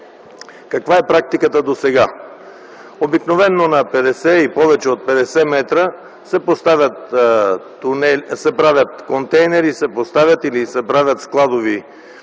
Каква е практиката досега? Обикновено на 50 и повече от 50 м се поставят контейнери или се правят складови